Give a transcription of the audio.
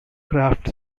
kraft